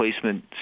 Placement